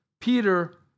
Peter